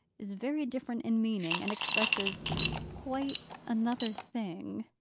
is very different in meaning, and expresses quite another thing.